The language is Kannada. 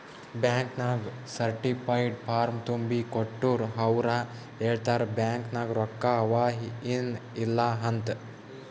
ಬ್ಯಾಂಕ್ ನಾಗ್ ಸರ್ಟಿಫೈಡ್ ಫಾರ್ಮ್ ತುಂಬಿ ಕೊಟ್ಟೂರ್ ಅವ್ರ ಹೇಳ್ತಾರ್ ಬ್ಯಾಂಕ್ ನಾಗ್ ರೊಕ್ಕಾ ಅವಾ ಏನ್ ಇಲ್ಲ ಅಂತ್